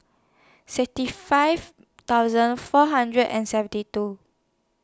sixty five thousand four hundred and seventy two